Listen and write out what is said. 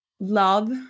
love